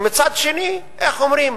מצד שני, איך אומרים?